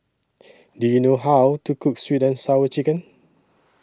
Do YOU know How to Cook Sweet and Sour Chicken